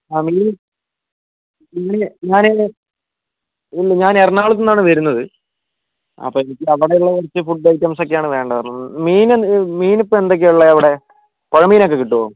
പിന്നെ ഞാൻ ഇല്ല ഞാൻ എറണാകുളത്ത് നിന്നാണ് വരുന്നത് അപ്പോൾ എനിക്ക് അവിടെ ഉള്ള കുറച്ച് ഫുഡ് ഐറ്റംസ് ഒക്കെയാണ് വേണ്ടത് അപ്പം മീൻ മീൻ ഇപ്പോൾ എന്തൊക്കെയാണ് ഉള്ളത് അവിടെ പുഴമീൻ ഒക്കെ കിട്ടുവോ